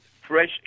fresh